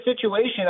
situation